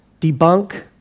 debunk